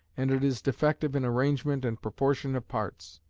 and it is defective in arrangement and proportion of parts.